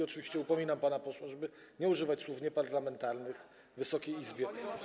Oczywiście upominam pana posła, żeby nie używać słów nieparlamentarnych w Wysokiej Izbie.